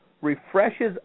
refreshes